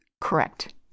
Correct